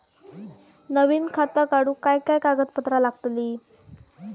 नवीन खाता काढूक काय काय कागदपत्रा लागतली?